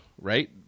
right